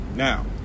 Now